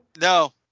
No